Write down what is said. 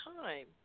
Time